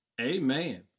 amen